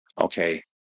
Okay